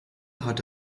hatte